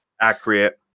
Accurate